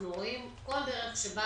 אנחנו רואים כל דרך שבה